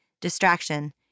Distraction